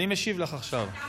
אני משיב לך עכשיו.